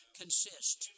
consist